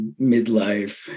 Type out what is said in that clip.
midlife